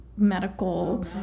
medical